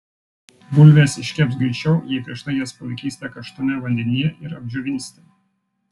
bulvės iškeps greičiau jei prieš tai jas palaikysite karštame vandenyje ir apdžiovinsite